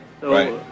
Right